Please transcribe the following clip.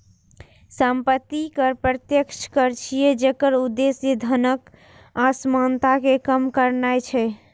संपत्ति कर प्रत्यक्ष कर छियै, जेकर उद्देश्य धनक असमानता कें कम करनाय छै